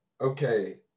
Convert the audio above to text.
okay